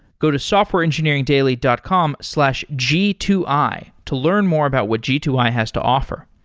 go to softwareengineeringdaily dot com slash g two i to learn more about what g two i has to offer.